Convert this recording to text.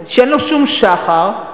שאין לו שום שחר,